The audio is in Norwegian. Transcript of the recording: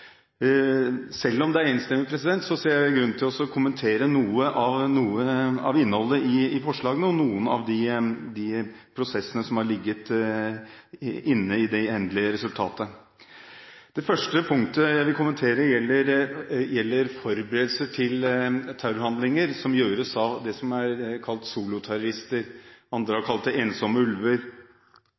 Selv om det er enstemmig innstilling, ser jeg grunn til å kommentere noe av innholdet i forslagene og noen av de prosessene som ligger til grunn for det endelige resultatet. Det første punktet jeg vil kommentere, gjelder forberedelser til terrorhandlinger som gjøres av det som er kalt soloterrorister – andre har kalt dem ensomme ulver, selvradikaliserte personer, osv. – som